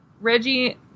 Reggie